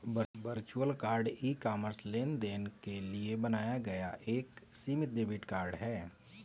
virtual card e commerce लेनदेन के लिए बनाया गया एक सीमित डेबिट कार्ड है